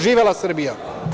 Živela Srbija!